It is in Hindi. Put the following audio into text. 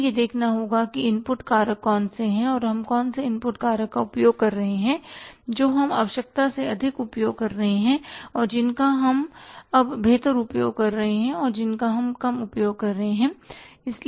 हमें यह देखना होगा कि इनपुट कारक कौन से हैं और हम कौन से इनपुट कारक का उपयोग कर रहे हैं जो हम आवश्यकता से अधिक उपयोग कर रहे हैं और जिनका हम अब बेहतर उपयोग कर रहे हैं और जिनका हम कम उपयोग कर रहे हैं